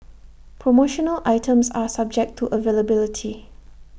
promotional items are subject to availability